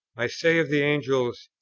i say of the angels,